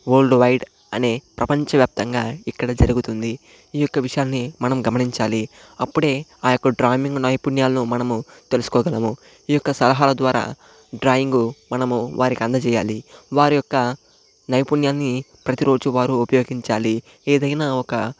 world wide ప్రపంచవ్యాప్తంగా ఇక్కడ జరుగుతుంది ఈ యొక్క విషయాన్ని మనం గమనించాలి అప్పుడే ఆ యొక్క డ్రాయింగ్ నైపుణ్యాలను మనం తెలుసుకోగలము ఈ యొక్క సలహాల ద్వారా డ్రాయింగు మనం వారికి అందజేయాలి వారి యొక్క నైపుణ్యాన్ని ప్రతిరోజు వారు ఉపయోగించాలి ఏదైనా ఒక